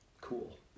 cool